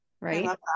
Right